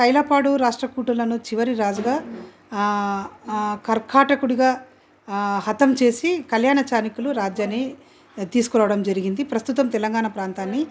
తైలపాడు రాష్ట్రకూటులను చివరి రాజుగా ఆ కర్కటకుడిగా హతం చేసి కల్యాణ చాణిక్యులు రాజాన్ని తీసుకురావడం జరిగింది ప్రస్తుతం తెలంగాణ ప్రాంతాన్ని